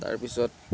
তাৰপিছত